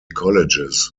colleges